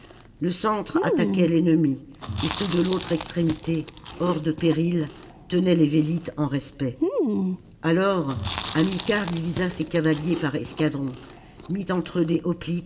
îe centre attaquait l'ennemi et ceux de l'autre extrémité hors de péril tenaient les vélites en respect alors hamilcar divisa ses cavaliers par escadrons mit entre eux des